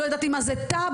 לא ידעתי מה זה טאבלט.